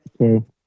Okay